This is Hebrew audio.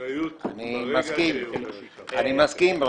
אני מסכים.